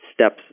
steps